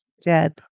Dead